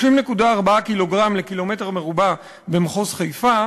30.4 קילוגרם לקילומטר רבוע במחוז חיפה